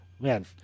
man